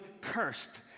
cursed